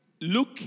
look